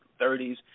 30s